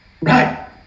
Right